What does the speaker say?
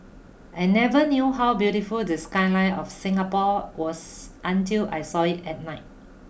I never knew how beautiful the skyline of Singapore was until I saw it at night